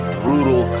brutal